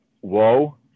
Whoa